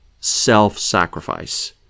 Self-sacrifice